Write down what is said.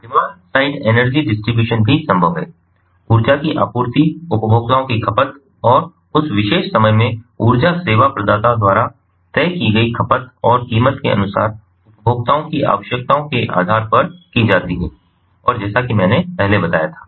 demand side energy distribution भी संभव है ऊर्जा की आपूर्ति उपभोक्ताओं की खपत और उस विशेष समय में ऊर्जा सेवा प्रदाता द्वारा तय की गई खपत और कीमत के अनुसार उपभोक्ताओं की आवश्यकताओं के आधार पर की जाती है और जैसा कि मैंने पहले बताया था